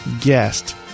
guest